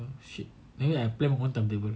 oh shit maybe I plan wrong timetable